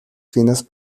finas